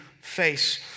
face